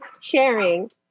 sharing